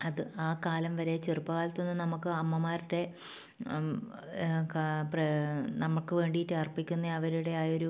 അത് ആ കാലം വരെ ചെറുപ്പകാലത്തൊന്നും നമുക്ക് അമ്മമാരുടെ നമുക്ക് വേണ്ടിയിട്ട് അർപ്പിക്കുന്ന അവരുടെ ആ ഒരു